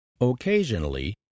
Occasionally